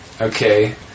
Okay